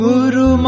Guru